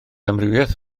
amrywiaeth